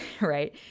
right